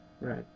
Right